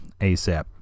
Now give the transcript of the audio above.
ASAP